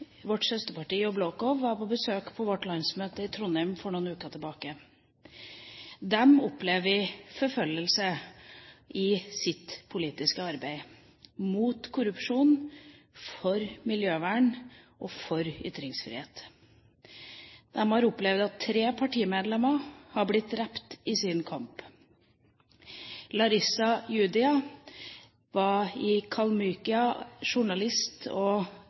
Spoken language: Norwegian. vårt søsterparti, Yabloko, var på besøk på vårt landsmøte i Trondheim for noen uker tilbake. De opplever forfølgelse i sitt politiske arbeid mot korrupsjon, for miljøvern og for ytringsfrihet. De har opplevd at tre partimedlemmer har blitt drept i sin kamp. Larissa Yudina, som var journalist i Kalmykia og